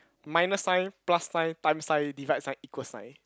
minus sign plus sign time sign divide sign equal sign